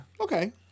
Okay